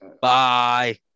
Bye